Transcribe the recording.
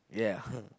yeah